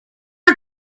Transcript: her